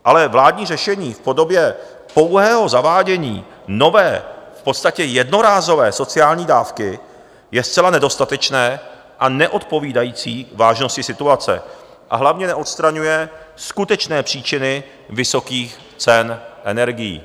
Ale vládní řešení v podobě pouhého zavádění nové, v podstatě jednorázové sociální dávky je zcela nedostatečné a neodpovídající vážnosti situace, a hlavně neodstraňuje skutečné příčiny vysokých cen energií.